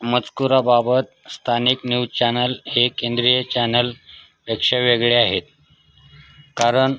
मजकुराबाबत स्थानिक news channel हे केंद्रीय चॅनल पेक्षा वेगळे आहेत कारण